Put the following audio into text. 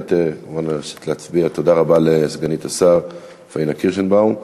תודה רבה לסגנית השר פניה קירשנבאום.